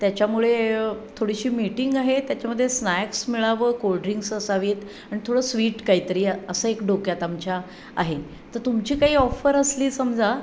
त्याच्यामुळे थोडीशी मीटिंग आहे त्याच्यामध्ये स्नॅक्स मिळावं कोल्ड्रिंक्स असावीत आणि थोडं स्वीट काहीतरी असं एक डोक्यात आमच्या आहे तर तुमची काही ऑफर असली समजा